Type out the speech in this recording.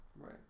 Right